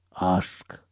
ask